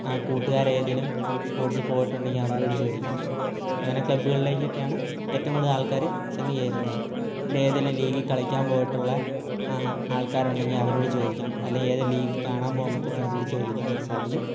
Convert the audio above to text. ആ കൂട്ടുകാർ ഏതെങ്കിലും സ്പോർട്സിൽ പോയിട്ടുണ്ടെങ്കിൽ അവരോട് ചോദിക്കാം അങ്ങനെ ക്ലബ്ബുകളിലേക്ക് ഒക്കെയാണ് ഏറ്റവും കൂടുതൽ ആൾക്കാർ ചെന്ന് ചേരുന്നത് പിന്നെ ഏതെങ്കിലും ലീഗിൽ കളിക്കാൻ പോയിട്ടുള്ള ആൾക്കാരുണ്ടെങ്കിൽ അവരോട് ചോദിക്കാം അല്ലെങ്കിൽ ഏതെങ്കിലും ലീഗിൽ കാണാൻ പോകുമ്പോഴത്തേനും അവരോട് ചോദിക്കാനായിട്ട് സാധിക്കും